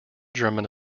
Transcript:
german